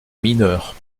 mineur